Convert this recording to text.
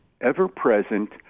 ever-present